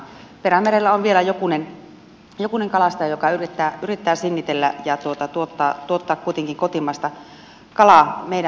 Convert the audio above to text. perämerellä on vielä jokunen kalastaja joka yrittää sinnitellä ja tuottaa kuitenkin kotimaista kalaa meidän pöytiimme